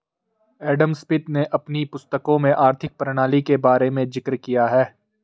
Adam Smith ने अपनी पुस्तकों में आर्थिक प्रणाली के बारे में जिक्र किया है